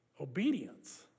Obedience